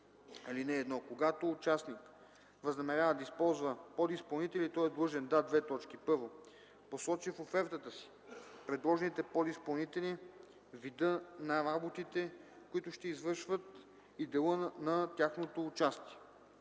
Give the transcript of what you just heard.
Чл. 119ж. (1) Когато участник възнамерява да използва подизпълнители, той е длъжен да: 1. посочи в офертата си предложените подизпълнители, вида на работите, които ще извършват, и дела на тяхното участие;